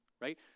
right